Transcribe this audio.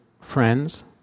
friends